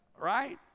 Right